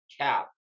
cap